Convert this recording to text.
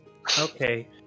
Okay